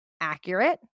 accurate